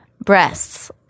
breasts